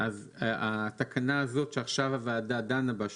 אז התקנה הזאת שעכשיו הוועדה דנה בה,